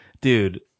Dude